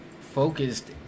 focused